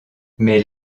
mais